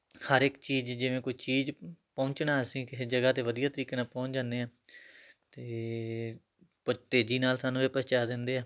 ਹਰ ਇੱਕ ਚੀਜ਼ ਜਿਵੇਂ ਕੋਈ ਚੀਜ਼ ਪਹੁੰਚਣਾ ਅਸੀਂ ਕਿਸੇ ਜਗ੍ਹਾ 'ਤੇ ਵਧੀਆ ਤਰੀਕੇ ਨਾਲ ਪਹੁੰਚ ਜਾਂਦੇ ਹਾਂ ਅਤੇ ਪਰ ਤੇਜ਼ੀ ਨਾਲ ਸਾਨੂੰ ਇਹ ਪਹੁੰਚਾ ਦਿੰਦੇ ਆ